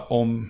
om